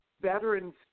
Veterans